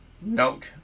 Note